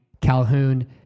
Calhoun